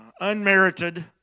unmerited